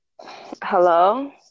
Hello